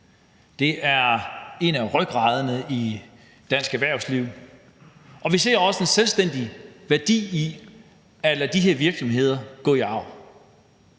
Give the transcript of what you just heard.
Det er en af rygradene i dansk erhvervsliv, og vi ser også en selvstændig værdi i at lade de her virksomheder gå i arv.